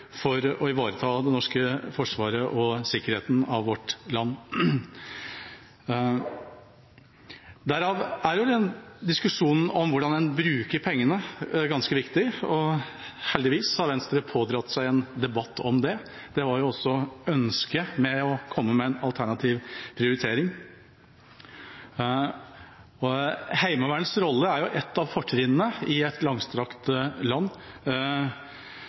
for å ivareta det norske forsvaret og sikkerheten i vårt land. Derfor er diskusjonen om hvordan en bruker pengene, ganske viktig, og heldigvis har Venstre pådratt seg en debatt om det. Det var jo også ønsket med å komme med en alternativ prioritering. Heimevernets rolle er et av fortrinnene i et langstrakt land